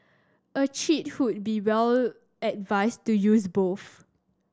a cheat would be well advised to use both